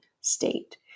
state